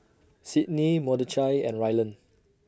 Sydney Mordechai and Rylan